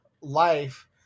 life